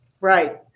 Right